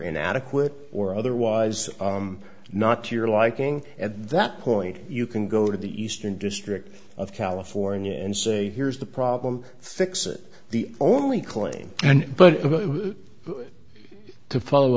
inadequate or otherwise not to your liking at that point you can go to the eastern district of california and say here's the problem fix it the only claim and but to follow